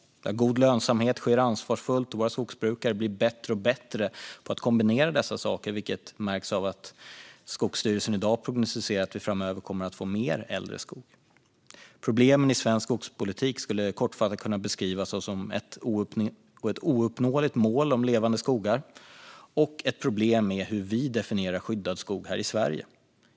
Det har god lönsamhet och sker ansvarsfullt, och våra skogsbrukare blir bättre och bättre på att kombinera dessa saker, vilket märks av att Skogsstyrelsen i dag prognostiserar att vi framöver kommer att få mer äldre skog. Problemen i svensk skogspolitik skulle kortfattat kunna beskrivas som ett ouppnåeligt mål om levande skogar och ett problem med hur vi definierar skyddad skog här i Sverige.